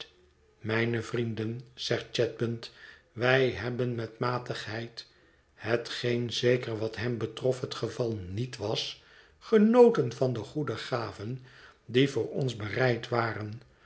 mijne vrienden zegt chadband wij hebben met matigheid hetgeen zeker wat hem betrof het geval niet was genoten van de goede gaven die voor ons bereid waren